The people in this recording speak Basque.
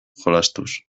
jolastuz